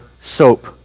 soap